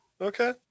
Okay